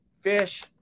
fish